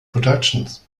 productions